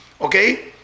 Okay